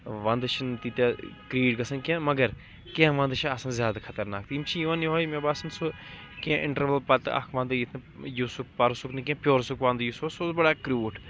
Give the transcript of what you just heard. وَندٕ چھِ نہٕ تیٖتیاہ کرٛیٖٹھ گژھان کینٛہہ مگر کینٛہہ وندٕ چھِ آسان زیادٕ خطرناک یِم چھِ یوان یِہوے مےٚ باسَان سُہ کینٛہہ اِنٹروَل پَتہٕ اَکھ وَندٕ یُس سُہ پَرُسُک نہٕ کینٛہہ پیٲرسُک وندٕ یُس اوس سُہ اوس بَڑٕ کروٗٹھ